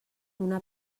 una